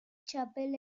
txapel